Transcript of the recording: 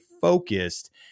focused